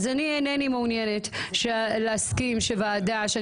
אז אני אינני מעוניינת להסכים שוועדה שאני